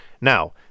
Now